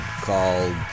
called